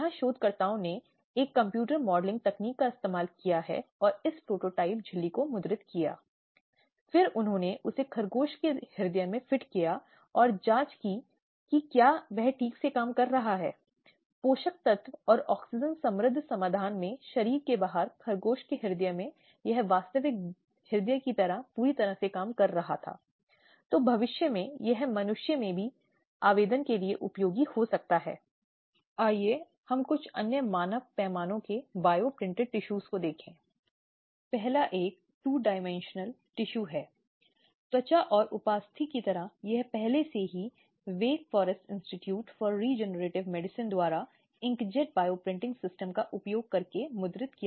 जहां आर्थिक और वित्तीय संसाधनों से सम्मत व्यक्ति वंचित है जो कि उसका हकदार भी है और जिसे वह आवश्यकता से बाहर प्राप्त करती है जैसे कि घर की आवश्यकताएं स्त्रीधन उसे संयुक्त रूप से या अलग से स्वामित्व वाली संपत्ति रखरखाव और किराये के भुगतान